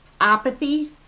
apathy